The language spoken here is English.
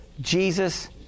Jesus